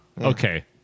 Okay